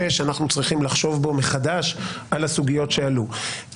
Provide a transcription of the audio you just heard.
שאנחנו צריכים לחשוב בו מחדש על הסוגיות שעלו.